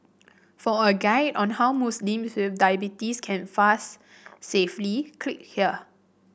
for a guide on how Muslims with diabetes can fast safely click here